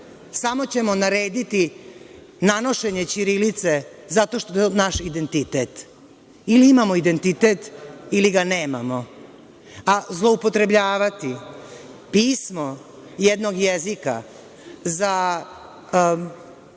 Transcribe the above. samo ćemo narediti nanošenje ćirilice zato što je to naš identitet. Ili imamo identitet, ili ga nemamo, a zloupotrebljavati pismo jednog jezika za,